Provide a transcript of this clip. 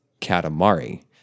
katamari